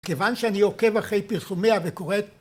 כיוון שאני עוקב אחרי פרסומיה וקורא את...